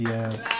Yes